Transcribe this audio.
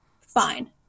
fine